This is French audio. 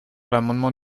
l’amendement